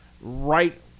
right